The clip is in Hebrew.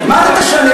מה זה תשלם?